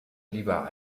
lieber